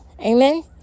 Amen